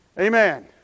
Amen